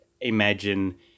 imagine